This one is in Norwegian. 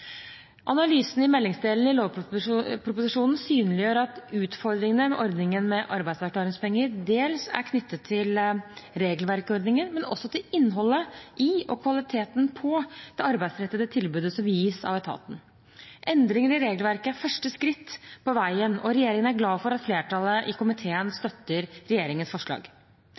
Analysen i meldingsdelen til lovproposisjonen synliggjør at utfordringene med ordningen med arbeidsavklaringspenger dels er knyttet til regelverket i ordningen, men også til innholdet i og kvaliteten på det arbeidsrettede tilbudet som gis av etaten. Endringer i regelverket er første skritt på veien, og regjeringen er glad for at flertallet i komiteen støtter regjeringens forslag.